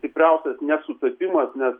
stipriausias nesutapimas nes